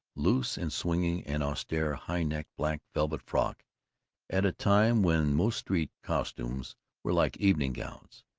loose and swinging, and austere high-necked black velvet frock at a time when most street costumes were like evening gowns.